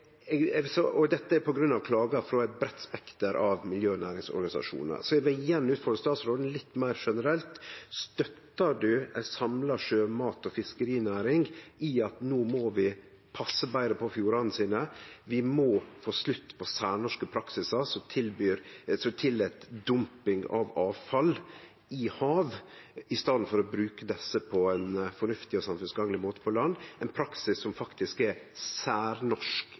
vil igjen utfordre statsråden litt meir generelt: Støttar statsråden ei samla sjømat- og fiskerinæring i at vi no må passe betre på fjordane våre, at vi må få slutt på særnorske praksisar som tillèt dumping av avfall i hav, i staden for å bruke desse på ein fornuftig og samfunnsgagnleg måte på land, ein praksis som faktisk er særnorsk